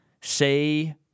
say